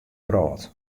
wrâld